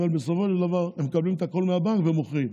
אבל בסופו של דבר הם מקבלים את הכול מהבנק ומוכרים.